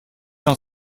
нам